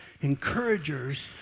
Encouragers